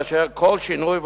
לאשר כל שינוי,